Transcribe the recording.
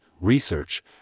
research